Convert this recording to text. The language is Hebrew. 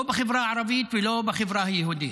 לא בחברה הערבית ולא בחברה היהודית.